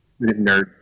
Nerd